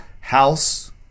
house